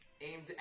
Aimed